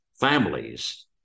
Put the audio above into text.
families